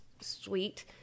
sweet